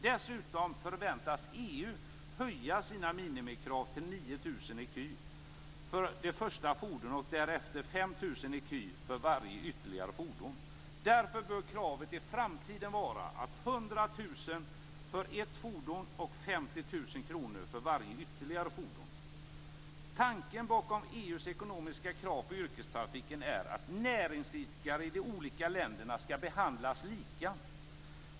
Dessutom förväntas EU höja sina minimikrav till ecu för varje ytterligare fordon. Därför bör kravet i framtiden vara 100 000 kr för ett fordon och 50 000 Tanken bakom EU:s ekonomiska krav på yrkestrafiken är att näringsidkare i de olika länderna skall behandlas lika.